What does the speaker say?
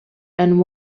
and